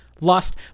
Lost